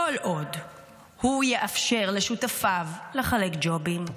כל עוד הוא יאפשר לשותפיו לחלק ג'ובים,